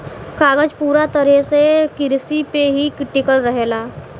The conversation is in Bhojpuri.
कागज पूरा तरह से किरसी पे ही टिकल रहेला